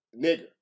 nigger